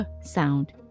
sound